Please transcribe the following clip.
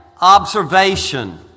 observation